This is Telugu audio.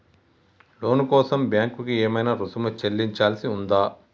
లోను కోసం బ్యాంక్ కి ఏమైనా రుసుము చెల్లించాల్సి ఉందా?